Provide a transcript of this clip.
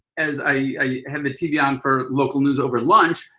as i had the tv on for local news over lunch,